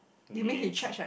millions